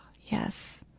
Yes